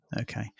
Okay